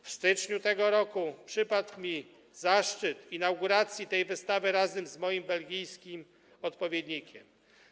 W styczniu tego roku przypadł mi zaszczyt inauguracji tej wystawy razem z moim belgijskim odpowiednikiem.